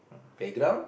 playground